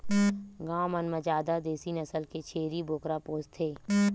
गाँव मन म जादा देसी नसल के छेरी बोकरा पोसथे